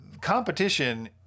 competition